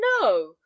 no